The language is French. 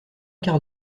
quarts